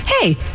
hey